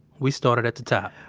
we started at the top.